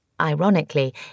Ironically